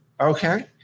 Okay